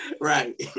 Right